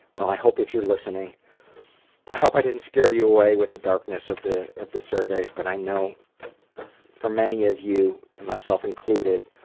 well i hope if you're listening i hope i didn't scare you away with the darkness of the of the surveys but i know for many of you, myself included,